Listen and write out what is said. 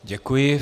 Děkuji.